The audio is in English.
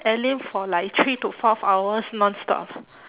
alyn for like three to four hours nonstop